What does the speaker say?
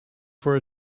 for